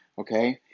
okay